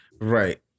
Right